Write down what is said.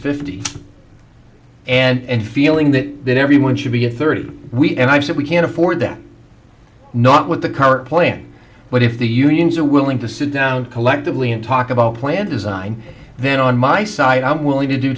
fifty and feeling that that everyone should be a third wheel and i said we can't afford them not with the current plan but if the unions are willing to sit down collectively and talk about plan design then on my side i'm willing to do